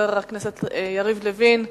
חבר הכנסת יריב לוין.